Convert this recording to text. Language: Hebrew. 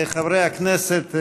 חברי הכנסת,